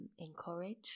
encourage